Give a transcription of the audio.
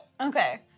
Okay